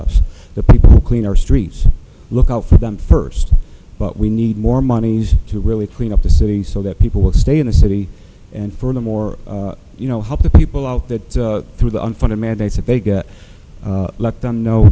us the people who clean our streets look out for them first but we need more money to really clean up the city so that people will stay in the city and furthermore you know help the people out there through the unfunded mandates that they get let them know